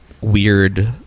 weird